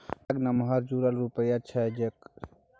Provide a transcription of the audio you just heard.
ताग नमहर जुरल रुइया छै जकर प्रयोग कपड़ा बनेबाक लेल होइ छै